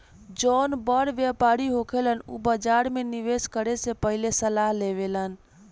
जौन बड़ व्यापारी होखेलन उ बाजार में निवेस करे से पहिले सलाह लेवेलन